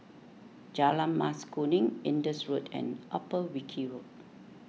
Jalan Mas Kuning Indus Road and Upper Wilkie Road